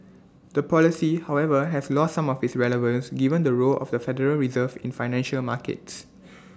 the policy however has lost some of its relevance given the role of the federal reserve in financial markets